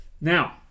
Now